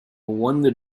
wonder